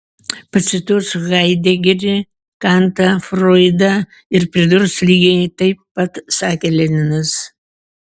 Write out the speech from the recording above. pacituos haidegerį kantą froidą ir pridurs lygiai taip pat sakė leninas